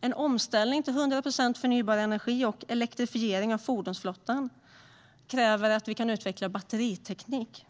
En omställning till hundra procent förnybar energi och elektrifiering av fordonsflottan kräver att vi kan utveckla batteriteknik.